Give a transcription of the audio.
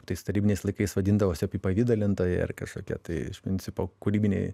tais tarybiniais laikais vadindavosi apipavidalintojai ar kažkokie tai iš principo kūrybiniai